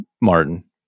Martin